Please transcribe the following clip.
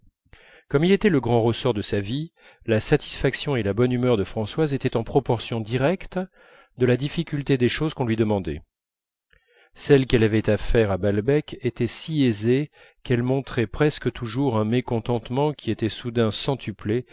comme il était le grand ressort de sa vie la satisfaction et la bonne humeur de françoise étaient en proportion directe de la difficulté des choses qu'on lui demandait celles qu'elle avait à faire à balbec étaient si aisées qu'elle montrait presque toujours un mécontentement qui était soudain centuplé